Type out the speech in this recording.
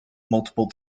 multiple